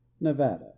Nevada